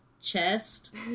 chest